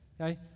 Okay